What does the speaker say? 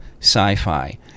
sci-fi